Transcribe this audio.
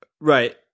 Right